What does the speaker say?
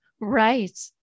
Right